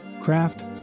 craft